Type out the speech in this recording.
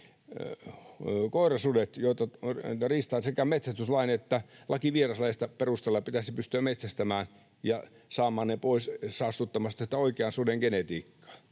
koirasudet, joita sekä metsästyslain että lain vieraslajeista perustella pitäisi pystyä metsästämään ja saamaan ne pois saastuttamasta sitä oikean suden genetiikkaa.